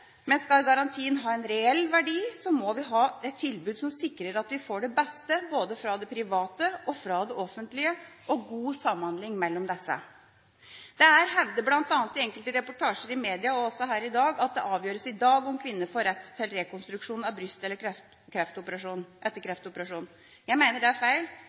men skal garantien ha en reell verdi, må vi ha et tilbud som sikrer at vi får det beste både fra det private og fra det offentlige, og god samhandling mellom disse. Det er hevdet, bl.a. i en rekke reportasjer i media, og også her i dag, at det avgjøres i dag om kvinner får rett til rekonstruksjon av bryst etter kreftoperasjon. Jeg mener det er feil.